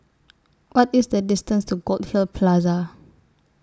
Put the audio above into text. What IS The distance to Goldhill Plaza